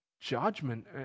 judgment